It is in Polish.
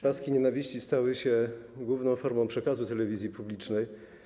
Paski nienawiści stały się główną formą przekazu telewizji publicznej.